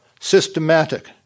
systematic